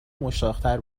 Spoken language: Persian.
مشتاقتر